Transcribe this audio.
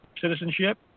citizenship